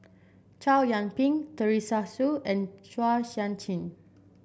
Chow Yian Ping Teresa Hsu and Chua Sian Chin